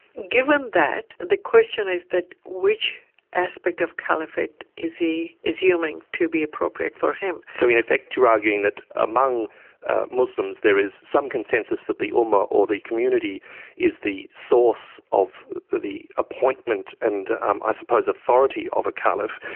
given that, the question is which aspect of caliphate is he assuming to be appropriate for him? so in effect you're arguing that among muslims there is some consensus that the ummah or the community is the source of the appointment and i suppose authority of a caliph.